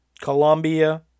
Colombia